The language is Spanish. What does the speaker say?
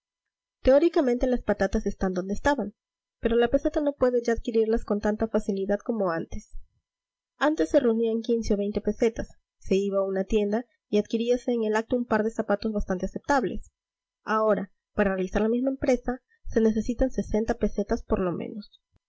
teóricamente las patatas están donde estaban pero la peseta no puede ya adquirirlas con tanta facilidad como antes antes se reunían quince o veinte pesetas se iba a una tienda y adquiríase en el acto un par de zapatos bastante aceptables ahora para realizar la misma empresa se necesitan sesenta pesetas por lo menos